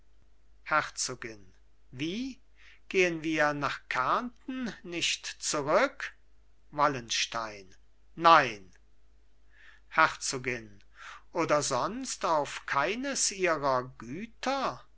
herzogin wie gehen wir nach kärnten nicht zurück wallenstein nein herzogin oder sonst auf keines ihrer güter